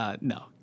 No